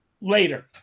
later